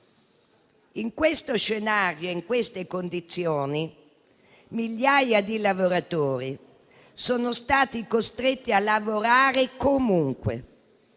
In questo scenario e in queste condizioni, migliaia di lavoratori sono stati costretti a lavorare comunque,